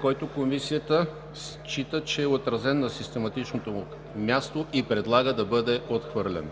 който Комисията счита, че е отразен на систематичното му място и предлага да бъде отхвърлен.